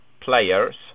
players